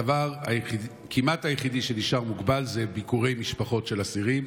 הדבר היחיד כמעט שנשאר מוגבל הוא ביקורי משפחות של אסירים.